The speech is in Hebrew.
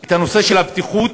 את הנושא של הבטיחות,